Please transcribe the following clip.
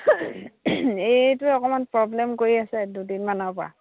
এইটোৱে অকণমান প্ৰব্লেম কৰি আছে দুদিনমানৰ পৰা